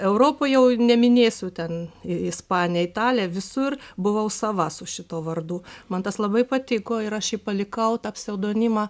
europoj jau neminėsiu ten ispanija italija visur buvau sava su šituo vardu man tas labai patiko ir aš jį palikau tą pseudonimą